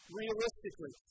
realistically